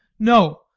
no,